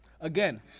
again